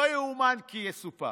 לא יאומן כי יסופר.